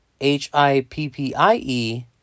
H-I-P-P-I-E